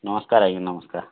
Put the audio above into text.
ନମସ୍କାର୍ ଆଜ୍ଞା ନମସ୍କାର୍